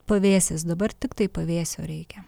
pavėsis dabar tiktai pavėsio reikia